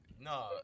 No